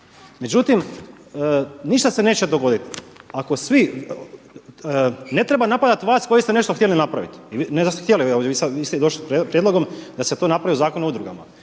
Međutim, ništa se neće dogoditi ako svi, ne treba napadati vas koji ste nešto htjeli napraviti, ne da ste htjeli. Evo vi ste došli prijedlogom da se to napravi u Zakonu o udrugama.